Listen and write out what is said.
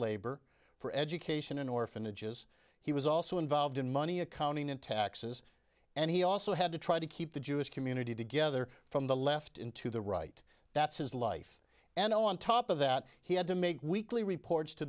labor for education in orphanages he was also involved in money accounting and taxes and he also had to try to keep the jewish community together from the left into the right that's his life and on top of that he had to make weekly reports to